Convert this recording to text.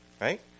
right